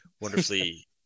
wonderfully